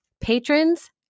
patrons